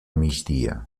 migdia